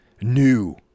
new